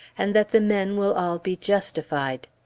and that the men will all be justified.